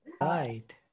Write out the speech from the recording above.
Right